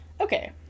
Okay